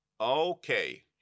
okay